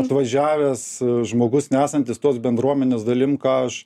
atvažiavęs žmogus nesantis tos bendruomenės dalim ką aš